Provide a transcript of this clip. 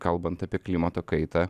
kalbant apie klimato kaitą